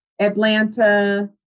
Atlanta